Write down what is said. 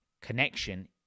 connection